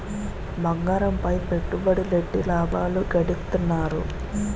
బంగారంపై పెట్టుబడులెట్టి లాభాలు గడిత్తన్నారు